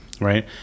right